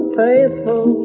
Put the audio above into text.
faithful